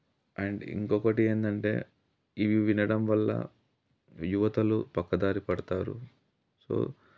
and ఇంకొకటి ఏంటంటే ఇవి వినడం వల్ల యువతలు పక్కదారి పడతారు సో